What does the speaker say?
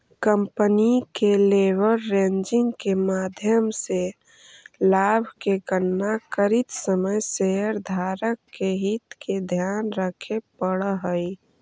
company के leveraging के माध्यम से लाभ के गणना करित समय शेयरधारक के हित के ध्यान रखे पड़ऽ हई